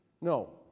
No